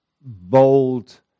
bold